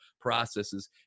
processes